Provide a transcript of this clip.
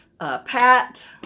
pat